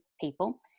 people